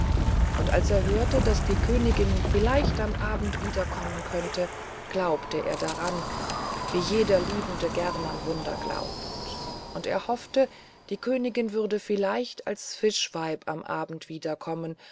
und als er hörte daß die königin vielleicht am abend wiederkommen könnte glaubte er daran wie jeder liebende gern an wunder glaubt und er hoffte die königin würde vielleicht als fischweib am abend wiederkommen